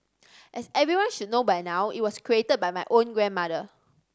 as everyone should know by now it was created by my own grandmother